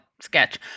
sketch